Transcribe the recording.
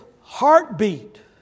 heartbeat